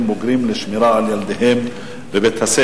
מבוגרים כדי שישמרו על ילדיהם בבתי-הספר.